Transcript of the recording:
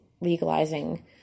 legalizing